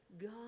God